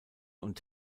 und